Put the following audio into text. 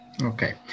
Okay